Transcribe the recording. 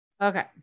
Okay